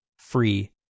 free